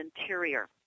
Interior